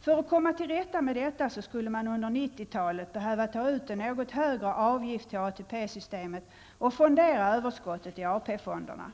För att komma till rätta med detta problem skulle man under 1990-talet behöva ta ut en något högre avgift till ATP-systemet och fondera överskottet i AP-fonderna.